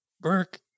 Burke